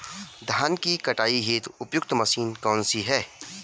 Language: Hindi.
धान की कटाई हेतु उपयुक्त मशीन कौनसी है?